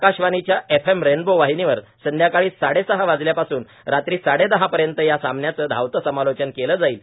आकाशवाणीच्या FM rainbow वाहिनीवर संध्याकाळी साडेसहा वाजल्यापासून रात्री साडेदहा पर्यंत या सामन्याचं धावतं समालोचन केलं जाईल